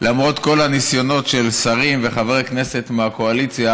למרות כל הניסיונות של שרים וחברי כנסת מהקואליציה